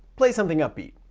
play something upbeat,